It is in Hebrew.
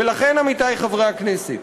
ולכן, עמיתי חברי הכנסת,